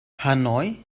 hanoi